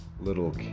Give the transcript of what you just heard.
little